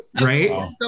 right